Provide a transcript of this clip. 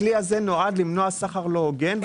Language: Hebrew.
הכלי הזה נועד למנוע סחר לא הוגן.